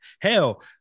hell